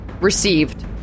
Received